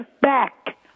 back